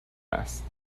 است